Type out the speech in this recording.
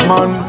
Man